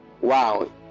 Wow